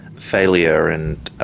failure and